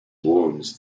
wounds